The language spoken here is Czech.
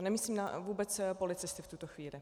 Nemyslím vůbec policisty v tuto chvíli.